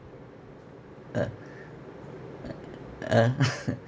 ah uh ah